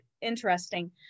interesting